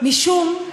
משום,